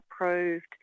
approved